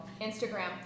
Instagram